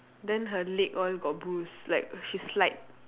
then her leg all got bruise like she slide